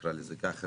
נקרא לזה ככה,